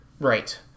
Right